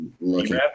looking